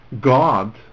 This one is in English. God